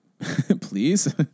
please